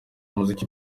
muziki